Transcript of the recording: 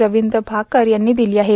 रविंद्र भाकर यांनी दिली आहे